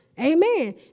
Amen